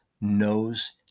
knows